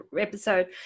episode